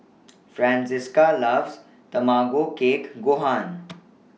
Francisca loves Tamago Kake Gohan